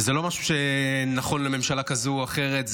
וזה לא משהו שנכון לממשלה כזאת או אחרת,